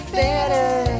better